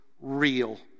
real